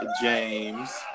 James